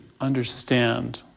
understand